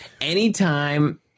anytime